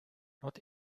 not